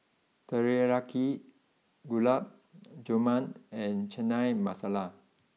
Teriyaki Gulab Jamun and Chana Masala